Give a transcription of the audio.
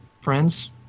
friends